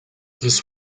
this